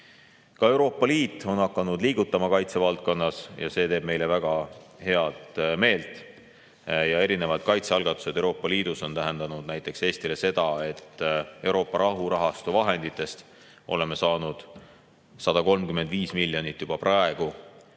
Ka Euroopa Liit on hakanud liigutama kaitsevaldkonnas ja see teeb meile väga head meelt. Erinevad kaitsealgatused Euroopa Liidus on tähendanud Eestile näiteks seda, et Euroopa rahurahastu vahenditest oleme saanud 135 miljonit juba praegu